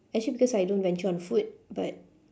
actually because I don't venture on food but